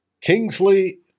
Kingsley